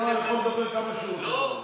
שר יכול לדבר כמה שהוא רוצה.